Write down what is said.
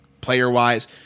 Player-wise